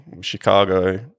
Chicago